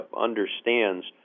understands